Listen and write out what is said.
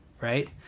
right